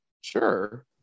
sure